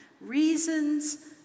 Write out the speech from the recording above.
Reasons